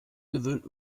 gewöhnt